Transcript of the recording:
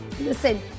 listen